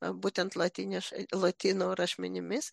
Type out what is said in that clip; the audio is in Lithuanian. būtent lotyniš lotynų rašmenimis